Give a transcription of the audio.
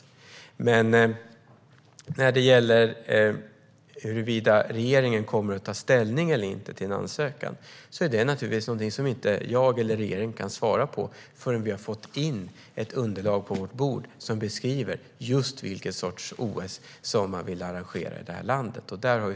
När det gäller huruvida regeringen kommer att ta ställning för eller emot en ansökan är det naturligtvis någonting som varken jag eller regeringen kan svara på förrän vi har fått ett underlag på vårt bord som beskriver just vilken sorts OS som man vill arrangera i det här landet.